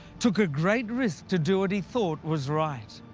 took a great risk to do what he thought was right.